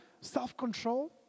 self-control